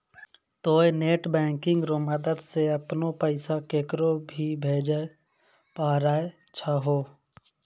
तोंय net banking रो मदद से अपनो पैसा केकरो भी भेजै पारै छहो